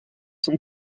son